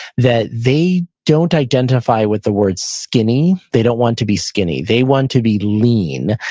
that they don't identify with the word skinny. they don't want to be skinny, they want to be lean.